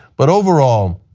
but overall,